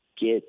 get